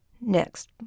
Next